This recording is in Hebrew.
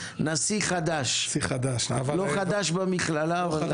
נשיא חדש, לא חדש במכללה, בהצלחה.